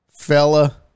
fella